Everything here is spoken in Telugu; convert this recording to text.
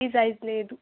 ఈ సైజ్ లేదు